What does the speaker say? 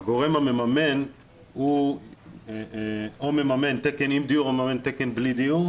הגורם המממן הוא או מממן תקן עם דיור או מממן תקן בלי דיור,